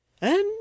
And